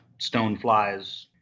stoneflies